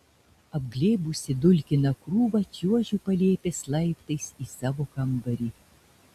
apglėbusi dulkiną krūvą čiuožiu palėpės laiptais į savo kambarį